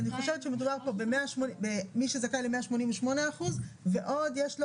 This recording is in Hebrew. אני חושבת שמדובר פה במי שזכאי ל-188% ועוד יש לו